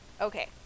Okay